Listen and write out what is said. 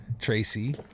Tracy